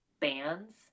bands